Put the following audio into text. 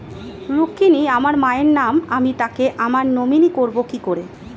রুক্মিনী আমার মায়ের নাম আমি তাকে আমার নমিনি করবো কি করে?